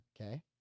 okay